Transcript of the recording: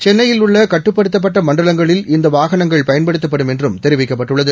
சென்னையில் உள்ள கட்டுப்படுத்தப்பட்ட மண்டலங்களில் இந்த வாகனங்கள் பயன்படுத்தப்படும் என்றும் தெரிவிக்கப்பட்டுள்ளது